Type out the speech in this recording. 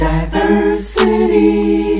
Diversity